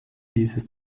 dieses